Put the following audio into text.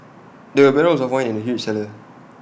there were barrels of wine in the huge cellar